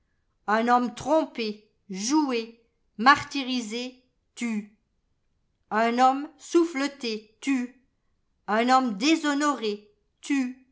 un homme trompé joué martyrisé tue un homme souffleté tue un homme déshonoré tue